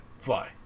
fly